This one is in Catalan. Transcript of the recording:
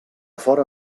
fora